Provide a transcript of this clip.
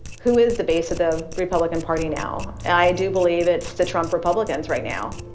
who is the base of the republican party now? and i do believe it's the trump republicans right now.